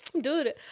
Dude